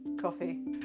Coffee